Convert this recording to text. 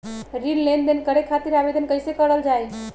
ऋण लेनदेन करे खातीर आवेदन कइसे करल जाई?